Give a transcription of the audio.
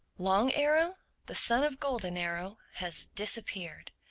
long arrow, the son of golden arrow, has disappeared!